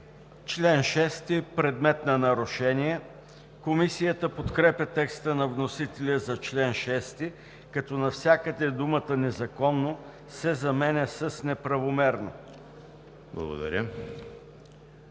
Член 6 – „Предмет на нарушение“. Комисията подкрепя теста на вносителя за чл. 6 като навсякъде думата „незаконно“ се заменя с „неправомерно“.